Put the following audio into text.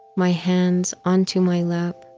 my hands onto my lap,